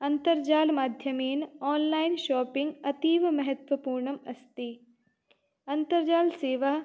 अन्तर्जालमाध्यमेन online shopping अतीव महत्वपूर्णम् अस्ति अन्तर्जालसेवा